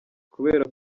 kubera